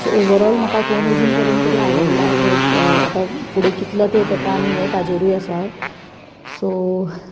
so overall phone म्हाका अजून परेन तरी आवडला बट फुडें कितलो तेप येता हेें ताचेरूय आसा सो